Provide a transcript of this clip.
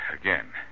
again